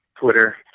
Twitter